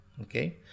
okay